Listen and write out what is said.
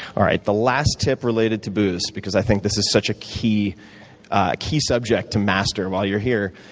all right, the last tip related to booze, because i think this is such a key ah key subject to master while you're here,